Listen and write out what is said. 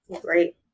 great